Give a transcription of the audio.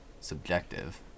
Subjective